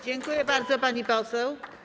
Dziękuję bardzo, pani poseł.